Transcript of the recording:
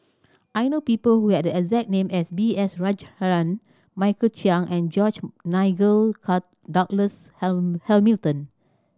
I know people who have the exact name as B S Rajhans Michael Chiang and George Nigel Douglas Hamilton